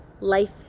Life